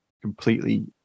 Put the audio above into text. Completely